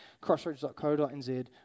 crossroads.co.nz